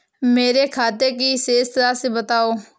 मेरे खाते की शेष राशि बताओ?